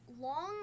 long